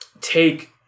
take